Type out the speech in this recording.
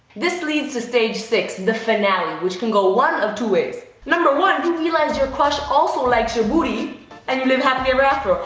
this leads to stage six, the finale which can go one of two ways. number one, you realize your crush also likes your booty and you live happily ever after.